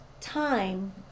time